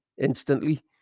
instantly